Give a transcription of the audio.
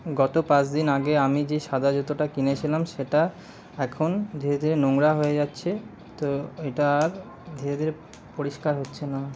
গত পাঁচ দিন আগে আমি যে সাদা জুতোটা কিনেছিলাম সেটা এখন ধীরে ধীরে নোংরা হয়ে যাচ্ছে তো এটা আর ধীরে ধীরে পরিষ্কার হচ্ছে না